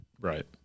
Right